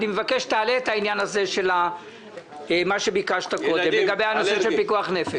אני מבקש שתעלה את העניין שביקשת קודם לגבי פיקוח נפש.